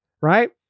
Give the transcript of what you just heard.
right